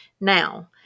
Now